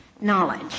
knowledge